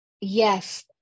yes